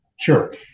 Sure